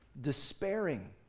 despairing